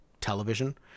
television